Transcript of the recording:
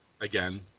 again